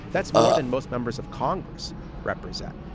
that's more than most members of congress represent.